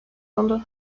oldu